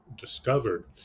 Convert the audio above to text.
discovered